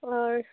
اور